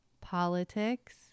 politics